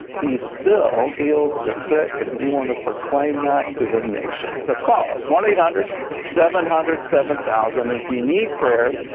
he still heals the sick and we want to proclaim that to the nation. so call us, one eight hundred seven hundred seven thousand. and if you need prayer,